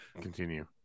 continue